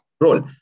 role